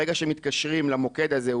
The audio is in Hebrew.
ברגע שמתקשרים למוקד הזה,